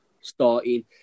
starting